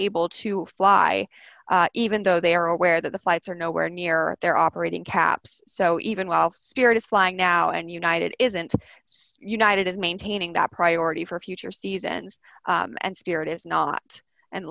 able to fly even though they are aware that the flights are nowhere near their operating caps so even while spirit is flying now and united isn't united is maintaining that priority for future seasons and spirit is not and